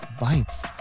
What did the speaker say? Bites